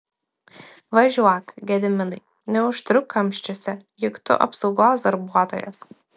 važiuok gediminai neužtruk kamščiuose juk tu apsaugos darbuotojas